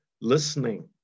listening